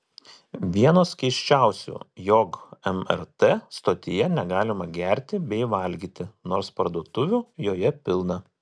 vienos keisčiausių jog mrt stotyje negalima gerti bei valgyti nors parduotuvių joje pilna